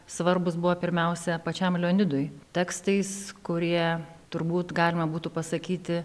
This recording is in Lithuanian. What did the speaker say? svarbūs buvo pirmiausia pačiam leonidui tekstais kurie turbūt galima būtų pasakyti